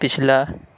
پچھلا